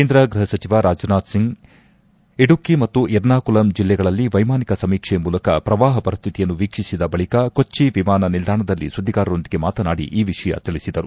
ಕೇಂದ್ರ ಗೃಹ ಸಚಿವ ರಾಜ್ನಾಥ್ ಸಿಂಗ್ ಇಡುಕಿ ಮತ್ತು ಎರ್ನಾಕುಲಂ ಜಿಲ್ಲೆಗಳಲ್ಲಿ ವೈಮಾನಿಕ ಸಮೀಕ್ಸೆ ಮೂಲಕ ಪ್ರವಾಪ ಪರಿಸ್ತಿತಿಯನ್ನು ವೀಕ್ಷಿಸಿದ ಬಳಿಕ ಕೊಚ್ಚಿ ವಿಮಾನ ನಿಲ್ಲಾಣದಲ್ಲಿ ಸುದ್ದಿಗಾರರೊಂದಿಗೆ ಮಾತನಾಡಿ ಈ ವಿಷಯ ತಿಳಿಸಿದರು